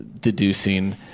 deducing